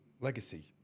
legacy